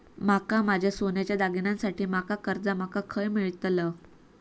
माका माझ्या सोन्याच्या दागिन्यांसाठी माका कर्जा माका खय मेळतल?